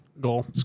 Goal